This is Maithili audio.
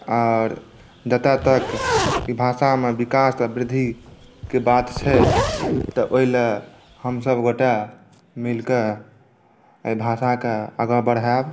आर जतय तक ई भाषामे विकास आ वृद्धिके बात छै तऽ ओहि लेल हमसभगोटे मिलि कऽ एहि भाषाकेँ आगाँ बढ़ायब